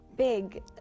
big